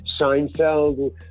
Seinfeld